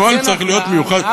הכול צריך להיות, למשל תקופת הצנע.